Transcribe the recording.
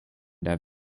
der